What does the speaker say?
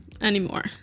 anymore